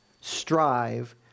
strive